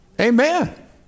Amen